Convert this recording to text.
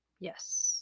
Yes